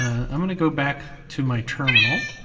ah i'm gonna go back to my terminal,